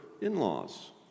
in-laws